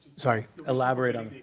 sorry? elaborate on it.